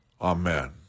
Amen